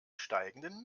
steigenden